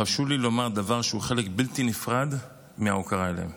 חשוב לי לומר דבר שהוא חלק בלתי נפרד מההוקרה אליהם: